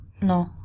No